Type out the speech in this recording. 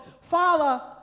Father